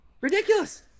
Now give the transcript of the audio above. Ridiculous